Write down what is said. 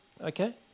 Okay